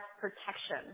protection